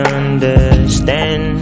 understand